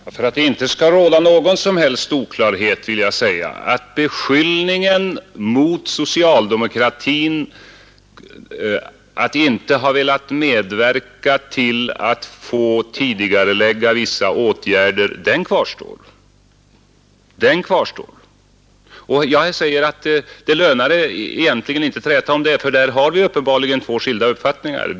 Herr talman! För att det inte skall råda någon som helst oklarhet vill jag säga att den beskyllningen mot socialdemokratin kvarstår, att socialdemokraterna inte velat medverka till tidigareläggning av vissa åtgärder. Det lönar sig inte att träta om det — där har vi uppenbarligen skilda uppfattningar.